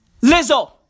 Lizzo